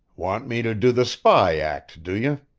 want me to do the spy act, do you?